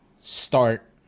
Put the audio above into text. start